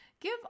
Give